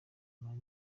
mane